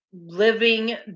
living